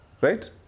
Right